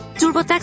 TurboTax